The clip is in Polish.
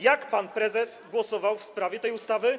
Jak pan prezes głosował w sprawie tej ustawy?